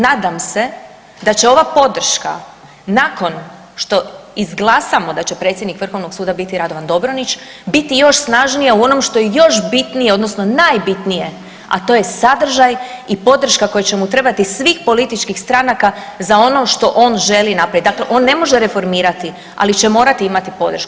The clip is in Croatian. Nadam se da će ova podrška nakon što izglasamo da će predsjednik VSRH-a biti Radovan Dobronić biti još snažnija u onom što je još bitnije, odnosno najbitnije, a to je sadržaj i podrška koja će mu trebati svih političkih stranka za ono što on želi napraviti, dakle on ne može reformirati, ali će morati imati podršku.